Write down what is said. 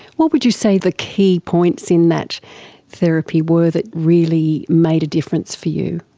what would you say the key points in that therapy were that really made a difference for you?